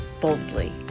boldly